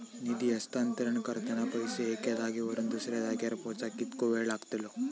निधी हस्तांतरण करताना पैसे एक्या जाग्यावरून दुसऱ्या जाग्यार पोचाक कितको वेळ लागतलो?